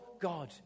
God